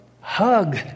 hug